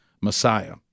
Messiah